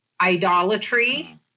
idolatry